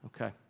Okay